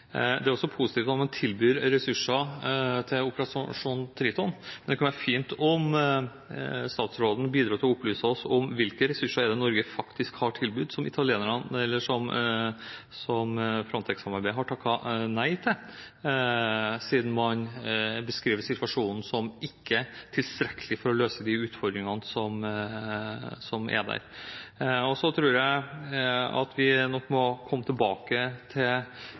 Det er også positivt om man tilbyr ressurser til operasjonen Triton, men det kunne være fint om statsråden bidro til å opplyse oss om hvilke ressurser Norge faktisk har tilbudt, som Frontex-samarbeidet har takket nei til, siden man beskriver situasjonen som ikke tilstrekkelig for å løse de utfordringene som er der. Så tror jeg at vi nok må komme tilbake til